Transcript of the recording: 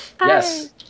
Yes